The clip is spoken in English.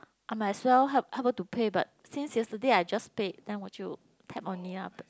I might as well help help her to pay but since yesterday I just paid then would you tap on me ah